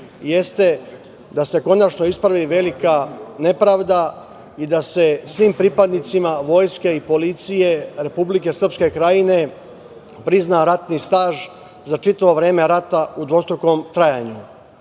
jeste da se konačno ispravi velika nepravda i da se svim pripadnicima vojske i policije Republike Srpske krajine prizna ratni staž za čitavo vreme rata u dvostrukom trajanju. Podsećam